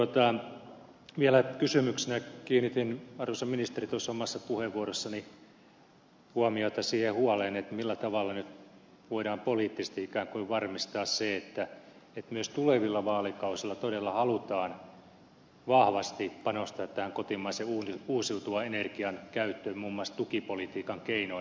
mutta vielä kysymyksenä kiinnitin arvoisa ministeri tuossa omassa puheenvuorossani huomiota siihen huoleen millä tavalla nyt voidaan poliittisesti ikään kuin varmistaa se että myös tulevilla vaalikausilla todella halutaan vahvasti panostaa tähän kotimaisen uusiutuvan energian käyttöön muun muassa tukipolitiikan keinoin